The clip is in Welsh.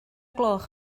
gloch